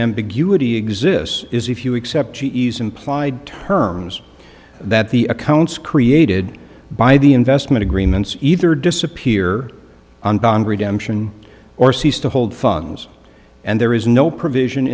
ambiguity exists is if you accept the ease implied terms that the accounts created by the investment agreements either disappear on bond redemption or cease to hold funds and there is no provision